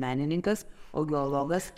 menininkas o geologas